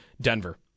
Denver